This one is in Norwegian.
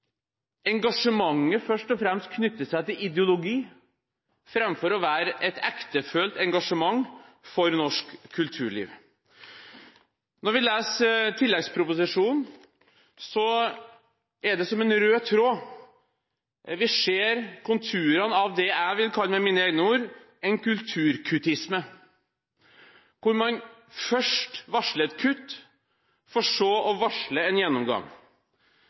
engasjementet først og fremst knytter seg til ideologi, framfor å være et ektefølt engasjement for norsk kulturliv. Når vi leser tilleggsproposisjonen, er det som en rød tråd – vi ser konturene av det jeg med mine egne ord vil kalle en kulturkuttisme, hvor man først varsler et kutt, for så å varsle en gjennomgang.